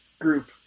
group